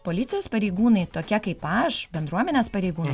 policijos pareigūnai tokie kaip aš bendruomenės pareigūnė